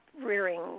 rearing